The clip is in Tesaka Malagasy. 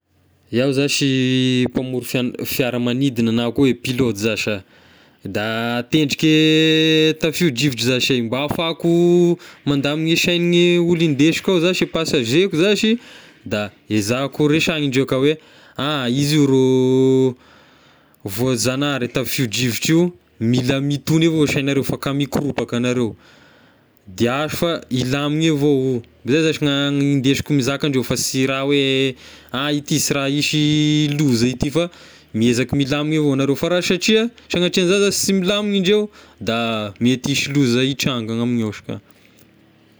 Iaho zashy mpamory fian- fiaramanidigna na koa pilote zah sha, da tendriky tafio-divotra zashy ay, mba ahafahako mandamy gne sain'ny olo indesiko ao zashy, e passager-ko zashy da ezahiko resahina indreo ka hoe: ah izy io rô voanjanahary e tafio-drivotra io mila mitogny avao saignareo fa ka mikoropaka agnareo, diaso fa ilamigny avao io, zay zashy na- ny indesiko mizaka andreo fa sy raha hoe: ah ity sy raha hisy loza ity fa miezaky milamy avao nareo fa raha satria- sanatria zashy zagny sy milamigna indreo da mety hisy loza hitranga ny amign'io izy ka.